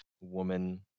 woman